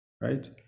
right